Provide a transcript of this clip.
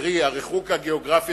קרי, הריחוק הגיאוגרפי